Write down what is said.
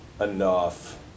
enough